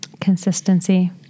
Consistency